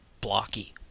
blocky